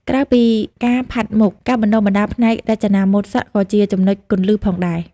ក្រៅពីការផាត់មុខ ការបណ្តុះបណ្តាលផ្នែករចនាម៉ូដសក់ក៏ជាចំណុចគន្លឹះផងដែរ។